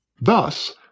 Thus